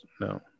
No